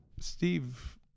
Steve